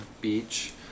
beach